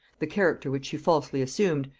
the character which she falsely assumed,